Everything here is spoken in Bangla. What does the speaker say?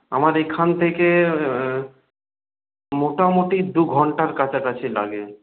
আমার এইখান থেকে মোটামুটি দুঘণ্টার কাছাকাছি লাগে